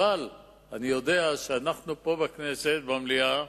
אבל אני יודע שאנחנו פה בכנסת, במליאה,